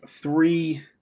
three